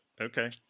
Okay